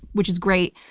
which is great,